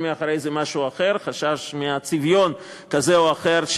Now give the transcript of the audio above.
מאחורי זה משהו אחר: חשש מצביון כזה או אחר,